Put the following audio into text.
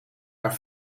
haar